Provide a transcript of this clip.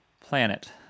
planet